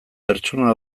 pertsona